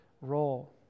role